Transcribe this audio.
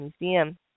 museum